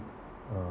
uh